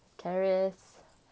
charisse